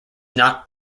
not